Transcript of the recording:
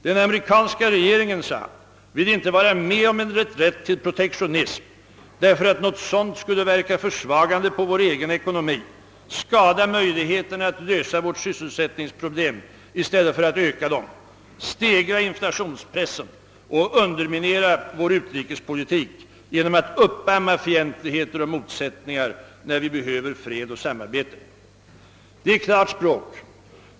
»Den amerikanska regeringen», sade han, »vill inte vara med om en reträtt till protektionism, därför att något sådant skulle verka försvagande på vår egen ekonomi, skada möjligheter att lösa vårt sysselsättningsproblem i stället för att öka dem, stegra inflationspressen och underminera vår utrikespolitik genom att uppamma fientligheter och motsättningar när vi behöver fred och samarbete.» Det är klart språk.